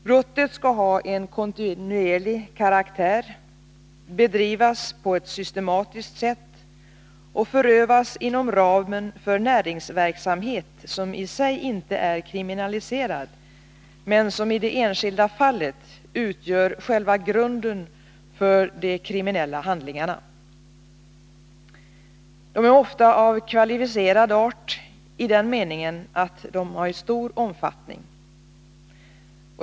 Brotten skall ha en kontinuerlig karaktär, bedrivas på ett systematiskt sätt och förövas inom ramen för näringsverksamhet som i sig inte är kriminaliserad men som i det enskilda fallet utgör själva grunden för de kriminella handlingarna. De är ofta av kvalificerad art i den meningen att de har stor omfattning.